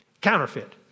Counterfeit